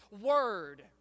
word